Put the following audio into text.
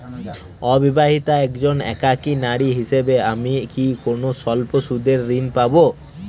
অবিবাহিতা একজন একাকী নারী হিসেবে আমি কি কোনো স্বল্প সুদের ঋণ পাব?